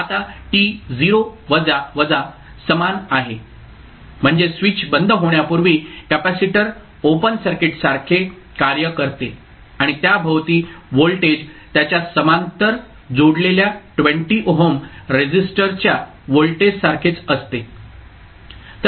आता t 0 वजा समान आहे म्हणजे स्विच बंद होण्यापूर्वी कॅपेसिटर ओपन सर्किटसारखे कार्य करते आणि त्याभोवती व्होल्टेज त्याच्या समांतर जोडलेल्या 20 ओहम रेझिस्टरच्या व्होल्टेजसारखेच असते